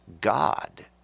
God